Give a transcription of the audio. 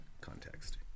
context